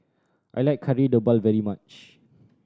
I like Kari Debal very much